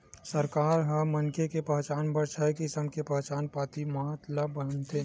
सरकार ह मनखे के पहचान बर छय किसम के पहचान पाती ल मानथे